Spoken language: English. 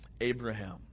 Abraham